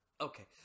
Okay